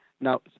Now